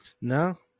No